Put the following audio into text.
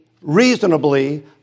reasonably